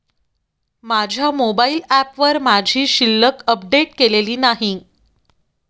माझ्या मोबाइल ऍपवर माझी शिल्लक अपडेट केलेली नाही